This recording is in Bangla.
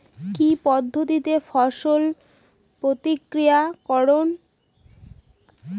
কি পদ্ধতিতে ফসল প্রক্রিয়াকরণ করলে তা বাজার উপযুক্ত দাম পাওয়া যাবে?